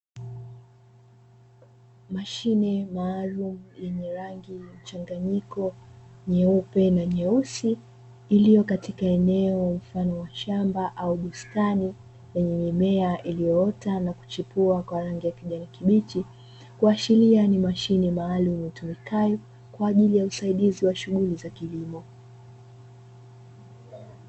Mashine maalum yenye rangi mchanganyiko nyeupe na nyeusi iliyo katika eneo la ufalme wa shamba au bustani yenye mimea iliyoota na kuchipua kwa rangi ya kijani kibichi, kuashiria ni mashine maalumu itumikayo kwa ajili ya usaidizi wa shughuli za kilimo.